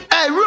Hey